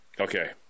Okay